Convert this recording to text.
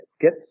get